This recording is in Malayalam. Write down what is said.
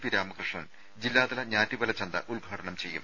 പി രാമകൃഷ്ണൻ ജില്ലാതല ഞാറ്റുവേല ചന്ത ഉദ്ഘാടനം ചെയ്യും